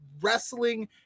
wrestling